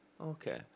Okay